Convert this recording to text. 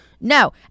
No